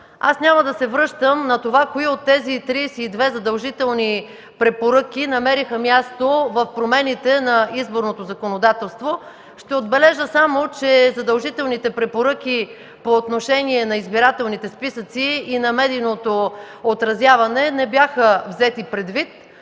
Аз няма да се връщам на това кои от тези 32 задължителни препоръки намериха място в промените на изборното законодателство. Ще отбележа само, че задължителните препоръки по отношение на избирателните списъци и на медийното отразяване не бяха взети предвид,